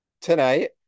tonight